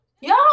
yo